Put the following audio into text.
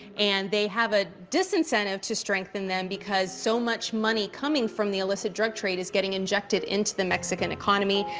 and they have a disincentive to strengthen them, because so much money coming from the illicit drug trade is getting injected into the mexican economy.